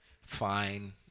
fine